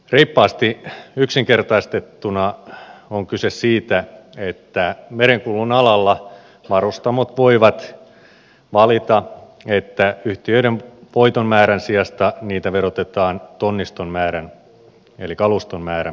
reippaasti yksinkertaistettuna on kyse siitä että merenkulun alalla varustamot voivat valita että yhtiöiden voiton määrän sijasta niitä verotetaan tonniston määrän eli kaluston määrän perusteella